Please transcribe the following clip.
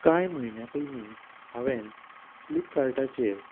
कांय म्हयन्या पयलीं हांवें फ्लिपकार्टाचेर